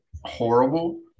horrible